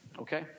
Okay